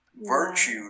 virtue